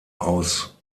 aus